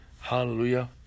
Hallelujah